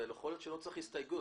ויכול להיות שלא צריך הסתייגויות.